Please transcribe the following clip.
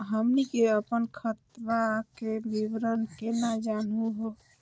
हमनी के अपन खतवा के विवरण केना जानहु हो?